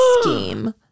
scheme